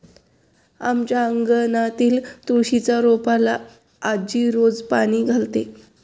आमच्या अंगणातील तुळशीच्या रोपाला आजी रोज पाणी घालते